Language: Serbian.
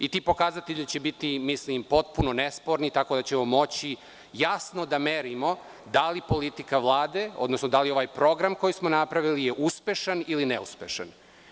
Ti pokazatelji će biti potpuno nesporni, tako da ćemo moći jasno da merimo da li politika Vlade, odnosno da li ovaj program koji smo napravili je uspešan ili neuspešan.